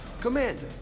Commander